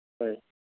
ꯍꯣꯏ